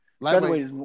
Lightweight